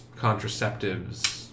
contraceptives